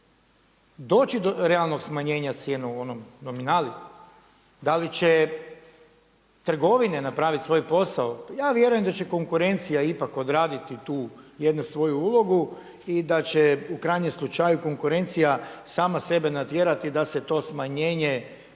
će do realnog smanjenja cijena u onoj nominali, da li će trgovine napraviti svoj posao? Pa ja vjerujem da će konkurencija ipak odraditi tu jednu svoju ulogu i da će u krajnjem slučaju konkurencija sama sebe natjerati da se to smanjenje